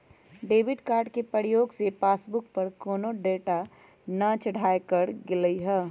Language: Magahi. डेबिट कार्ड के प्रयोग से पासबुक पर कोनो डाटा न चढ़ाएकर गेलइ ह